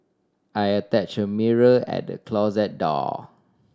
I attach a mirror at the closet door